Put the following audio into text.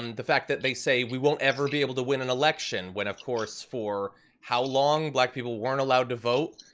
and the fact that they say we won't ever be able to win an election, when of course, for how long black people weren't allowed to vote?